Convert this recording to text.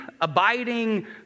abiding